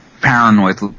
paranoid